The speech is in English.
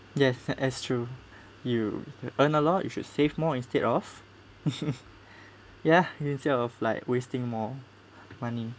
yes that's true you earn a lot you should save more instead of ya instead of like wasting more money